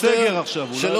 חבר הכנסת שטרן,